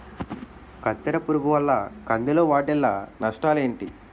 కత్తెర పురుగు వల్ల కంది లో వాటిల్ల నష్టాలు ఏంటి